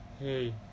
Hey